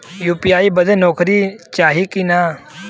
UPI बदे नौकरी चाही की ना?